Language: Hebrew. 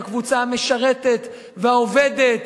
בקבוצה המשרתת והעובדת.